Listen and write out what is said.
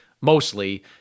mostly